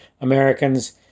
Americans